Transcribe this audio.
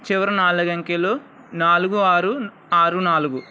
చివరి నాలుగు అంకెలు నాలుగు ఆరు ఆరు నాలుగు